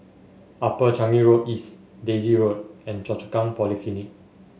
Upper Changi Road East Daisy Road and Choa Chu Kang Polyclinic